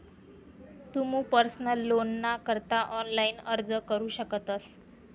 तुमू पर्सनल लोनना करता ऑनलाइन अर्ज करू शकतस